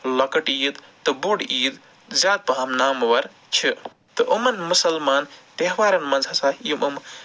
لَکٕٹ عیٖد تہٕ بوٚڈ عیٖد زیادٕ پہم نامٕوَر چھِ تہٕ اُمَن مُسلمان تہوارَن منٛز ہسا یِم أمہٕ